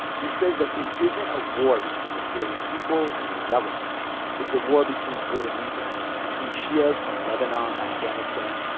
he says that it isn't a war between the syrian people and their government it's a war between good and evil, between shias from lebanon, afghanistan,